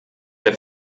der